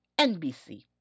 NBC